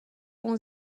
اون